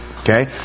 Okay